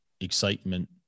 excitement